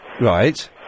Right